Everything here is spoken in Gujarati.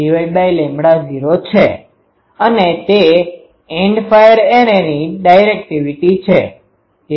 અને તે એન્ડ ફાયર એરેની ડાયરેકટીવીટી છે